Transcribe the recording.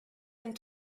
den